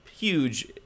huge